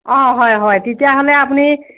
অঁ হয় হয় তেতিয়াহ'লে আপুনি